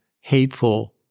hateful—